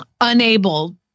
unable